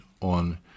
on